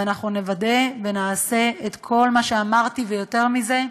ואנחנו נוודא ונעשה את כל מה שאמרתי ויותר מזה,